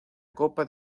copa